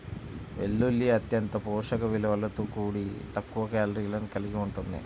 వెల్లుల్లి అత్యంత పోషక విలువలతో కూడి తక్కువ కేలరీలను కలిగి ఉంటుంది